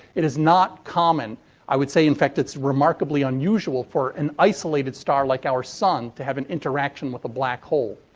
it is not common i would say, in fact, it's remarkably unusual for an isolated star, like our sun, to have an interaction with a black hole.